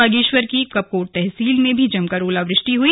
बागेश्वर की कपकोट तहसील में भी जमकर ओलावृष्टि हुई